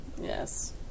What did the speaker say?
Yes